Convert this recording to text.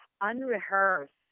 unrehearsed